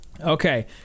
Okay